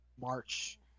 March